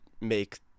make